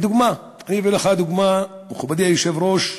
אני אביא לך דוגמה, מכובדי היושב-ראש: